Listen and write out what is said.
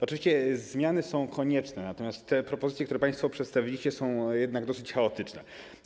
Oczywiście zmiany są konieczne, natomiast te propozycje, które państwo przedstawiliście, są jednak dosyć chaotyczne.